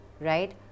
right